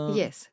yes